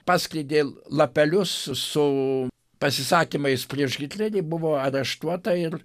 paskleidė lapelius su pasisakymais prieš hitlerį buvo areštuota ir